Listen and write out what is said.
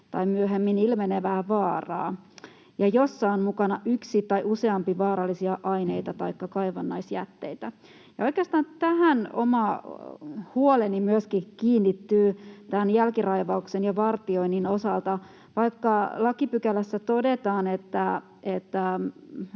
tai myöhemmin ilmenevää vaaraa ja jossa on mukana yksi tai useampia vaarallisia aineita taikka kaivannaisjätteitä. Oikeastaan oma huoleni kiinnittyy tämän jälkiraivauksen ja vartioinnin osalta tähän. Vaikka lakipykälässä todetaan,